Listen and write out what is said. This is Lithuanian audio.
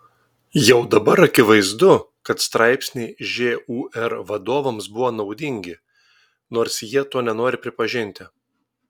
jau dabar akivaizdu kad straipsniai žūr vadovams buvo naudingi nors jie to nenori pripažinti